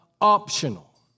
optional